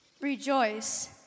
Rejoice